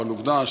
אבל עובדה,